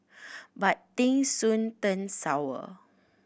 but things soon turned sour